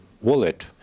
wallet